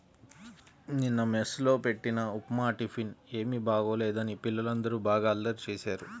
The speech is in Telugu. నిన్న మెస్ లో బెట్టిన ఉప్మా టిఫిన్ ఏమీ బాగోలేదని పిల్లలందరూ బాగా అల్లరి చేశారు